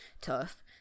tough